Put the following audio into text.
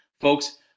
Folks